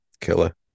killer